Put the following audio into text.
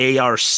ARC